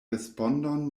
respondon